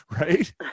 right